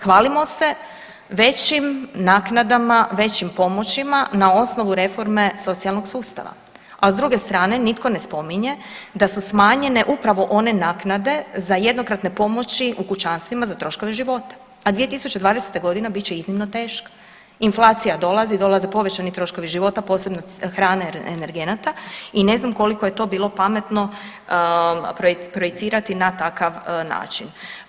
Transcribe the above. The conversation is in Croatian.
Hvalimo se većim naknadama, većim pomoćima na osnovu reforme socijalnog sustava, a s druge strane nitko ne spominje da su smanjene upravo one naknade za jednokratne pomoći u kućanstvima za troškove života, a 2020.g. bit će iznimno teška, inflacija dolazi, dolaze povećani troškovi života, posebno hrane i energenata i ne znam koliko je to bilo pametno projicirati na takav način.